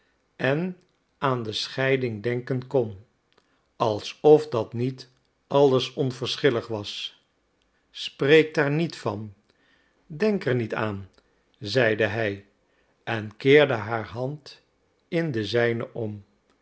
en aan de scheiding denken kon alsof dat niet alles onverschillig was spreek daar niet van denk er niet aan zeide hij en keerde haar hand in de zijne om